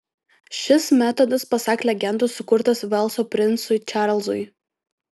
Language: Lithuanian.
šis metodas pasak legendos sukurtas velso princui čarlzui